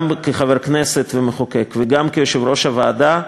גם כחבר כנסת ומחוקק וגם כיושב-ראש הוועדה,